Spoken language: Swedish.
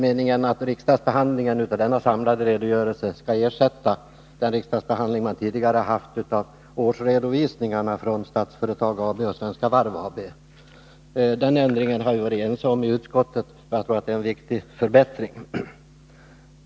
Meningen är att riksdagsbehandlingen av denna samlade redogörelse skall ersätta den tidigare riksdagsbehandlingen av årsredovisningarna från Statsföretag AB och Svenska Varv AB. Om detta har vi varit ense i utskottet, och jag tror att det är en viktig förbättring.